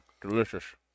delicious